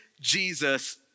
Jesus